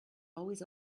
always